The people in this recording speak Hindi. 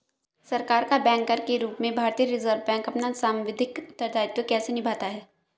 सरकार का बैंकर के रूप में भारतीय रिज़र्व बैंक अपना सांविधिक उत्तरदायित्व कैसे निभाता है?